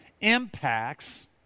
impacts